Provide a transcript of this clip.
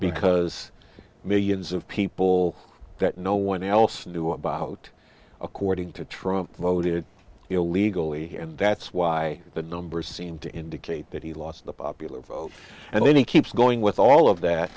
because millions of people that no one else knew about according to trump voted illegally and that's why the numbers seem to indicate that he lost the popular vote and then he keeps going with all of that